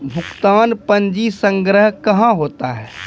भुगतान पंजी संग्रह कहां होता हैं?